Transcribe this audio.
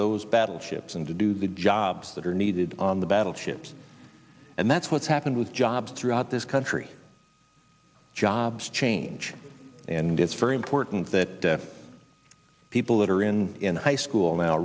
those battleships and to do the jobs that are needed on the battleships and that's what's happened with jobs throughout this country jobs change and it's very important that people that are in high school now